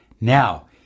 Now